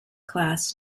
class